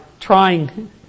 trying